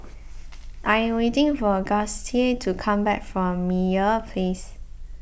I am waiting for Gustie to come back from Meyer Place